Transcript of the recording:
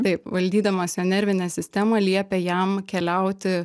taip valdydamas jo nervinę sistemą liepia jam keliauti